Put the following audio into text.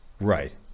right